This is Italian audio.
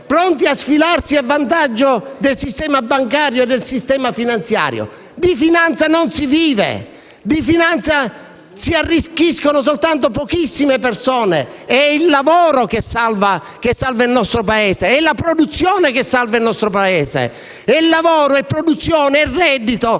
pronto a sfilarsi a vantaggio del sistema bancario e finanziario. Di finanza non si vive; di finanza si arricchiscono soltanto pochissime persone. È il lavoro che salva il nostro Paese! È la produzione che salva il nostro Paese! E lavoro e produzione e reddito